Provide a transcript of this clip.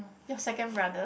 your second brother